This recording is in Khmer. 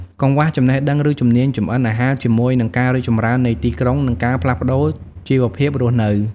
កង្វះចំណេះដឹង ឬជំនាញចម្អិនអាហារជាមួយនឹងការរីកចម្រើននៃទីក្រុង និងការផ្លាស់ប្តូរជីវភាពរស់នៅ ។